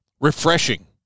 refreshing